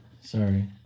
sorry